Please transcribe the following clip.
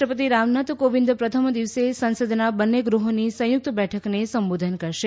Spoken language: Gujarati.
રાષ્ટ્રપતિ રામનાથ કોવિંદ પ્રથમ દિવસે સંસદના બંને ગૃહોની સંયુક્ત બેઠકને સંબોધન કરશે